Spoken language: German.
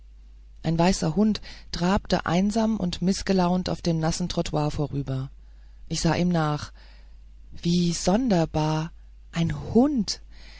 ein weißer hund trabte einsam und mißgelaunt auf dem nassen trottoir vorüber ich sah ihm nach wie sonderbar ein hund